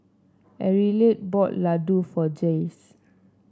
Arleth bought laddu for Jayce